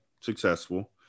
successful